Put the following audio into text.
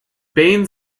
bain